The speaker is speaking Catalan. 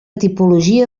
tipologia